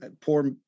poor